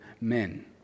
men